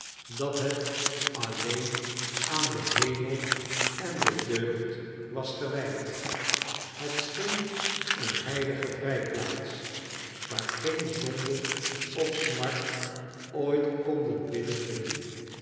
dat het alleen aan den hemel en de deugd was gewijd het scheen eene heilige vrijplaats waar geene zonde of smart ooit konden binnendringen